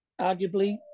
Arguably